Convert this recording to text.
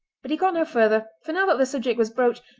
but he got no further, for now that the subject was broached,